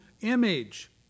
image